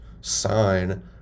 sign